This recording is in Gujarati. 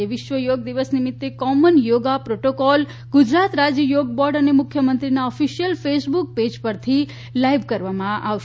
આજે વિશ્વ યોગ દિવસ નિમિતે કોમન યોગા પ્રોટોકોલ ગુજરાત રાજય યોગ બોર્ડ અને મુખ્યમંત્રીશ્રીના ઓફિશ્યલ ફેસબુક પેઇજ પરથી લાઇવ કરવામાં આવશે